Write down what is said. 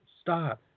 stop